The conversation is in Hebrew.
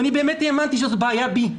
ואני באמת האמנתי שזו בעיה בי,